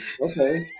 Okay